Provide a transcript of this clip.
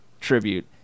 tribute